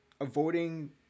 avoiding